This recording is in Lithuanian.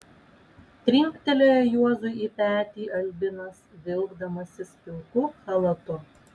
trinktelėjo juozui į petį albinas vilkdamasis pilku chalatu